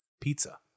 pizza